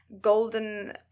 golden